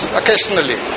occasionally